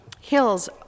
hills